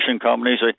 Companies